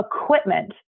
equipment